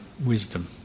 wisdom